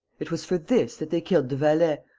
it was for this that they killed the valet,